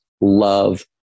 love